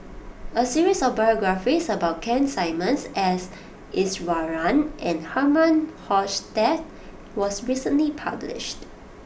a series of biographies about Keith Simmons S Iswaran and Herman Hochstadt was recently published